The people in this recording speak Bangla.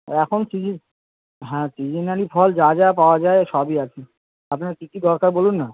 ও এখন সিজিন হ্যাঁ সিজিনারি ফল যা যা পাওয়া যায় সবই আছে আপনার কী কী দরকার বলুন না